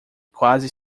quase